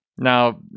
Now